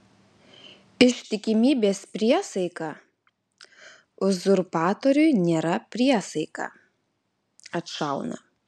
ištikimybės priesaika uzurpatoriui nėra priesaika atšauna